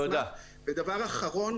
דבר אחרון.